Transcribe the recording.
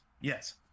yes